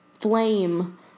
flame